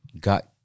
got